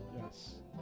Yes